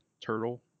turtle